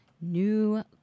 new